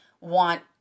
want